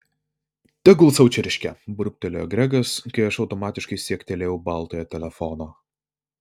tegul sau čirškia burbtelėjo gregas kai aš automatiškai siektelėjau baltojo telefono